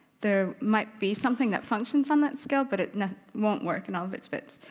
there might be something that functions on that scale, but it wont work in all of its bits.